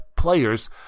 Players